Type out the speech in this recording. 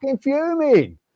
fuming